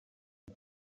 ils